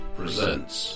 presents